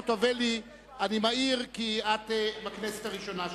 אני מעיר כי את בכנסת הראשונה שלך.